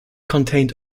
contained